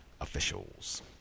officials